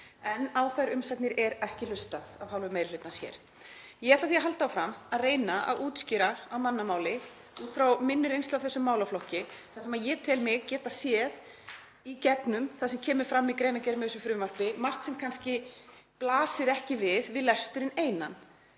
En á þær umsagnir er ekki hlustað af hálfu meiri hlutans. Ég ætla því að halda áfram að reyna að útskýra þetta á mannamáli, út frá minni reynslu af þessum málaflokki, þar sem ég tel mig geta séð í gegnum það sem kemur fram í greinargerð með frumvarpinu margt sem kannski blasir ekki við við lesturinn einan.